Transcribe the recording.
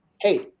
Hey